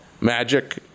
magic